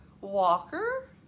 walker